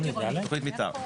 תביאו את זה במעטפת, מה שנקרא.